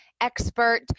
expert